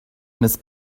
miss